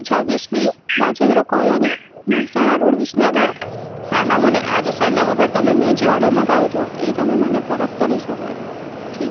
છવ્વીસ B Rajendra colony Mehsana road Visnagar હા હા મને આ જ સરનામા પર તમે મેં જે ઑર્ડર મંગાવ્યો હતો એ તમે મને પરત કરી શકો છો ઠીક